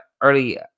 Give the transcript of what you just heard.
early